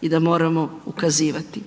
i da moramo ukazivati.